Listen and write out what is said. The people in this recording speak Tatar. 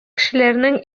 кешеләрнең